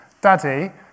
Daddy